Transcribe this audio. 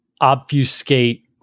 obfuscate